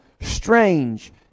strange